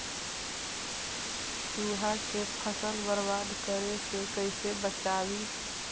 चुहा के फसल बर्बाद करे से कैसे बचाबी?